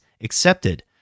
accepted